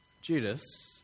Judas